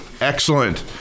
Excellent